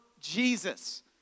Jesus